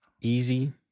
easy